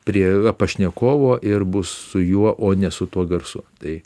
prie pašnekovo ir bus su juo o ne su tuo garsu tai